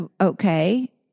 Okay